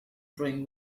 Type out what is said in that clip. bring